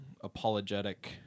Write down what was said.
apologetic